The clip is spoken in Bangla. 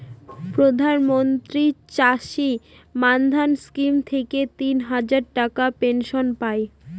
প্রধান মন্ত্রী চাষী মান্ধান স্কিম থেকে তিন হাজার টাকার পেনশন পাই